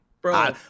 Bro